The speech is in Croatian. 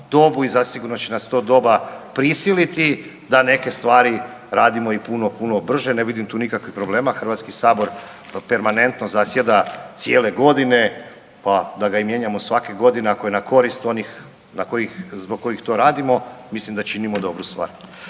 dobu i zasigurno će nas to doba prisiliti da neke stvari radimo i puno, puno brže. Ne vidim tu nikakvih problema HS permanentno zasjeda cijele godine pa da ga i mijenjamo svake godine ako je korist onih zbog kojih to radimo, mislim da činimo dobru stvar.